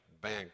Bank